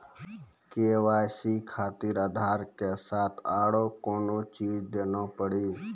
KYC खातिर आधार के साथ औरों कोई चीज देना पड़ी?